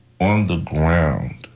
on-the-ground